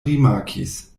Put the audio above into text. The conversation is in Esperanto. rimarkis